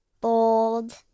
bold